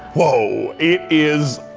whoa, it is!